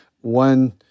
one